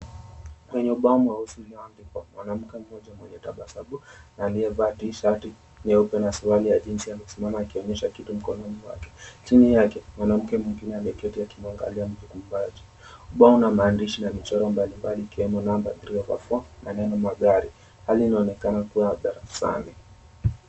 Kwenye ubao mweusi ulioandikwa, mwanamke mmoja mwenye tabasamu na aliyevaa tishati nyeupe na suruali ya jins amesimama akionyesha kitu mkononi mwake. Chini yake mwanamke mwengine aliyeketi kwenye akimwangalia mkumbaji, bao na maandishi na michoro mbalimbali ikiwemo number 3\4 na neno magari. Hali inaonekana kuwa ya darasani.